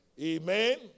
Amen